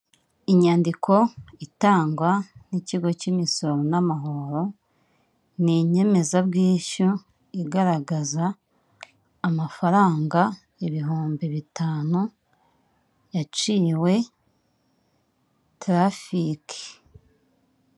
Inyandiko itangwa n'ikigo k'imisoro n'amahoro ni inyemezabwishyu igaragaza amafaranga ibihumbi bitanu yaciwe tarafike.